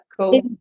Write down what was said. Cool